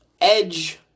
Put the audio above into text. Edge